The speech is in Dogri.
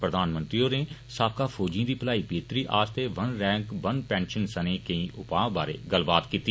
प्रधानमंत्री होरें साबका फौजिएं दी भलाई बेहतरी आस्तै वन रैंक वन पैंशन सनें केईं उपाऽ बारै गल्लबात कीती